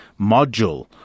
module